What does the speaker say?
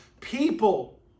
people